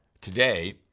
today